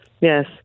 Yes